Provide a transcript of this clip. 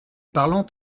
parlant